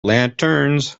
lanterns